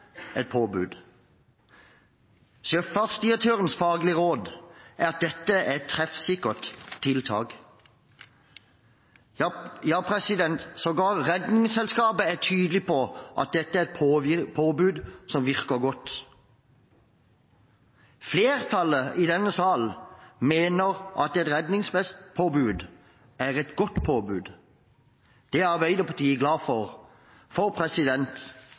Sjøfartsdirektørens faglige råd er at dette er et treffsikkert tiltak. Ja, sågar Redningsselskapet er tydelig på at dette er et påbud som virker godt. Flertallet i denne sal mener at et redningsvestpåbud er et godt påbud. Det er Arbeiderpartiet glad for – for